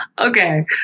Okay